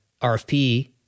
RFP